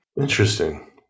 Interesting